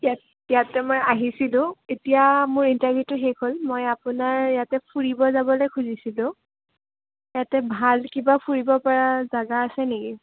ইয়াত ইয়াতে মই আহিছিলোঁ এতিয়া মোৰ ইণ্টাৰভিউটো শেষ হ'ল মই আপোনাৰ ইয়াতে ফুৰিব যাবলৈ খুজিছিলোঁ ইয়াতে ভাল কিবা ফুৰিবপৰা জেগা আছে নেকি